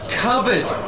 covered